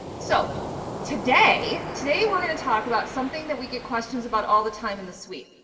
so today, today we're going to talk about something that we get questions about all the time in the suite,